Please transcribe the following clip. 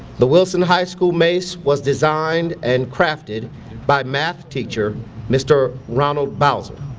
the wilson high school mace was designed and crafted by math teacher mr. ronald bowser.